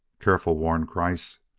careful! warned kreiss.